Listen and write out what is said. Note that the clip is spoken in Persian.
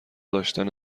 داشتن